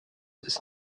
ist